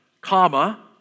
comma